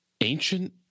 Ancient